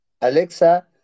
Alexa